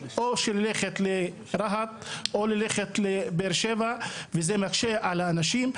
אלא ללכת לרהט או לבאר שבע וזה מקשה על האנשים,